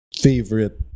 favorite